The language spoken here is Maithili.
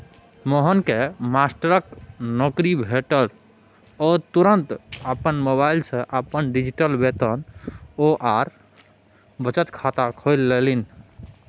मोहनकेँ मास्टरकेर नौकरी भेटल ओ तुरते अपन मोबाइल सँ अपन डिजिटल वेतन आओर बचत खाता खोलि लेलनि